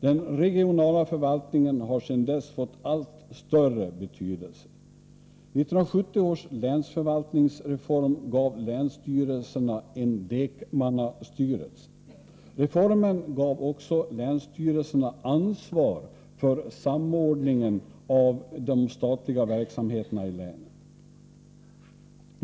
Den regionala förvaltningen har sedan dess fått allt större betydelse. 1970 års länsförvaltningsreform gav länsstyrelserna en lekmannastyrelse. Reformen gav också länsstyrelserna ansvar för samordningen av de statliga verksamheterna i länet.